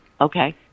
Okay